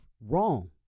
wrong